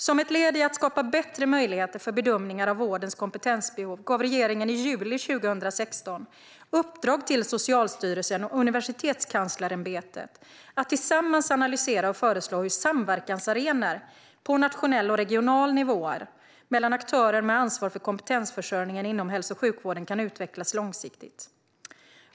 Som ett led i att skapa bättre möjligheter för bedömningar av vårdens kompetensbehov gav regeringen i juli 2016 i uppdrag till Socialstyrelsen och Universitetskanslersämbetet att tillsammans analysera och föreslå hur samverkansarenor på nationell och regional nivå mellan aktörer med ansvar för kompetensförsörjningen inom hälso och sjukvården kan utvecklas långsiktigt.